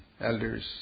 elders